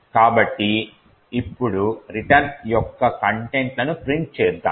కాబట్టి ఇప్పుడు రిటర్న్ యొక్క కంటెంట్ లను ప్రింట్ చేద్దాం